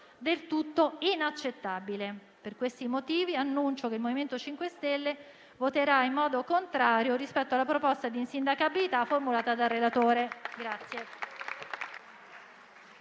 del tutto inaccettabile. Per questi motivi, annuncio che il MoVimento 5 Stelle voterà in modo contrario rispetto alla proposta di insindacabilità formulata dal relatore.